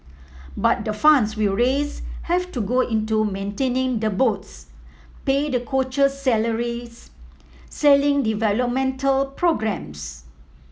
but the funds we raise have to go into maintaining the boats pay the coaches salaries sailing developmental programmes